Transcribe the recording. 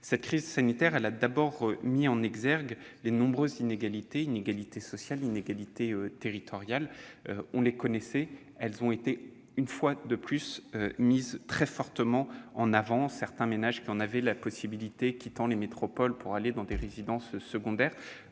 Cette crise sanitaire a d'abord mis en exergue les nombreuses inégalités : inégalités sociales, inégalités territoriales. On les connaissait, mais elles ont été une fois de plus mises très fortement en évidence, certains ménages, qui en avaient la possibilité, quittant les métropoles pour aller dans leurs résidences secondaires,